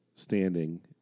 standing